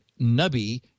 Nubby